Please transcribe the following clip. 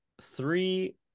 three